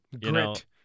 Grit